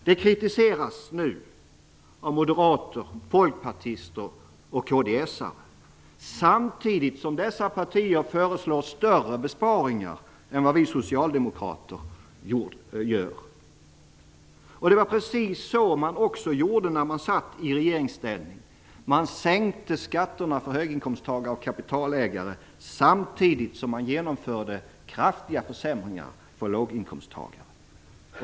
Det kritiseras nu av moderater, folkpartister och kds:are, samtidigt som dessa partier föreslår större besparingar än vi socialdemokrater. Det var precis så man gjorde när man satt i regeringsställning. Man sänkte skatterna för höginkomsttagare och kapitalägare samtidigt som man genomförde kraftiga försämringar för låginkomsttagare.